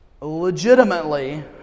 legitimately